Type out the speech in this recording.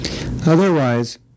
otherwise